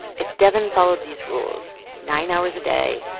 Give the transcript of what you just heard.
if devyn followed these rules nine hours a day,